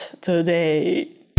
today